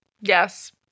Yes